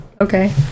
Okay